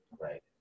Right